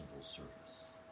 service